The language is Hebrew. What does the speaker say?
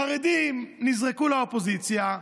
החרדים נזרקו לאופוזיציה,